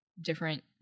different